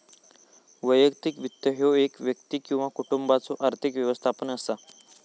वैयक्तिक वित्त ह्यो एक व्यक्ती किंवा कुटुंबाचो आर्थिक व्यवस्थापन असा